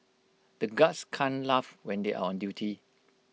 the guards can't laugh when they are on duty